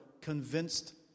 convinced